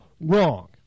Wrong